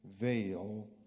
veil